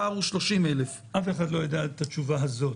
הפער הוא 30,000. אף אחד לא יודע את התשובה הזאת.